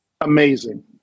amazing